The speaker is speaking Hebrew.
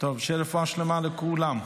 שתהיה רפואה שלמה לכולם.